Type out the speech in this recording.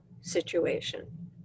situation